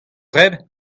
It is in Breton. zebriñ